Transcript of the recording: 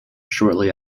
shortly